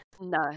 No